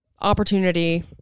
opportunity